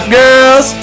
girls